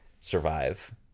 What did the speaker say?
survive